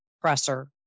presser